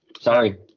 Sorry